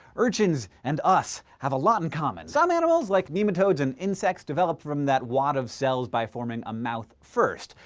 urchins and us have a lot in common. some animals, line like nematodes and insects, develop from that wad of cells by forming a mouth first.